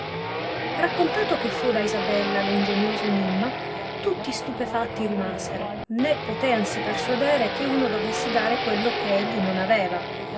raccontato che fu da isabella lo ingenioso enimraa tutti stupefatti rimasero né poteansi persuadere che uno dovesse dare quello che egli non aveva